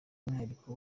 umwihariko